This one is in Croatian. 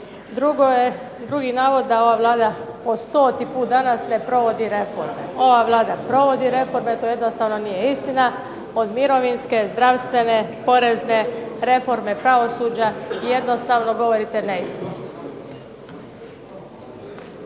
Drugi navod je da ova Vlada po stoti puta danas ne provodi reforme. Ova Vlada provodi reforme, to jednostavno nije istina od mirovinske, zdravstvene, porezne reforme pravosuđa i jednostavno govorite neistinu.